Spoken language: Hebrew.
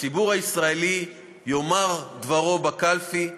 הציבור הישראלי יאמר דברו בקלפי,